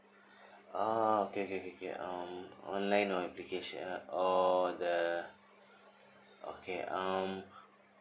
oh okay okay okay okay um online application or the okay um